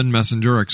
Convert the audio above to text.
Messenger